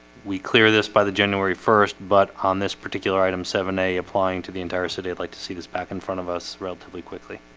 we clear this by the january first, but on this particular item seven a applying to the entire city i'd like to see this back in front of us relatively quickly